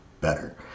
better